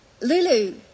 Lulu